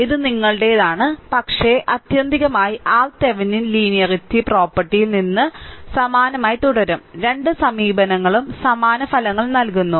ഇത് നിങ്ങളുടേതാണ് പക്ഷേ ആത്യന്തികമായി RThevenin ലീനിയറിറ്റി പ്രോപ്പർട്ടിയിൽ നിന്ന് സമാനമായി തുടരും രണ്ട് സമീപനങ്ങളും സമാന ഫലങ്ങൾ നൽകുന്നു